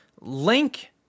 Link